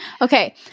Okay